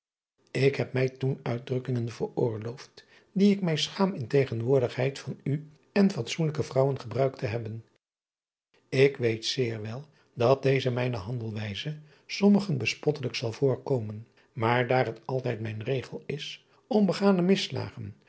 k heb mij toen uitdrukkingen veroorloofd die ik mij schaam in tegenwoordigheid van u en fatsoenlijke vrouwen gebruikt te hebben k weet zeer wel dat deze mijne handelwijze sommigen bespottelijk zal voorkomen maar daar het altijd mijn regel is om begane misslagen